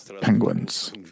penguins